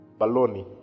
Baloney